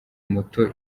moto